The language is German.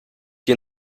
ihr